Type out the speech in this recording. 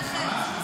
תשובה והצבעה.